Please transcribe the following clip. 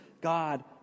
God